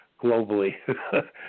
globally